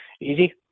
easy